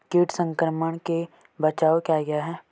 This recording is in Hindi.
कीट संक्रमण के बचाव क्या क्या हैं?